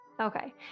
Okay